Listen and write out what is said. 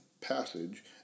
passage